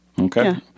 Okay